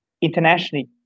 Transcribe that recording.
internationally